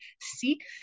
seek